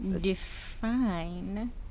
Define